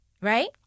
right